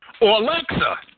alexa